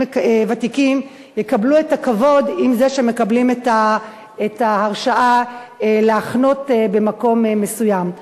ותיקים יקבלו את הכבוד עם זה שמקבלים את ההרשאה להחנות במקום מסוים.